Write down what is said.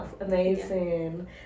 amazing